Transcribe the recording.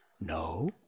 No